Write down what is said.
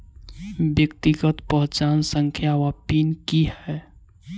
व्यक्तिगत पहचान संख्या वा पिन की है?